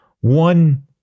one